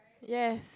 yes